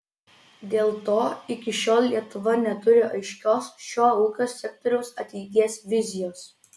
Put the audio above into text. dėl to iki šiol lietuva neturi aiškios šio ūkio sektoriaus ateities vizijos